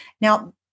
Now